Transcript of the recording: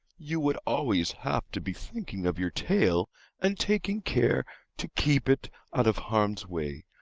you would always have to be thinking of your tail and taking care to keep it out of harm's way.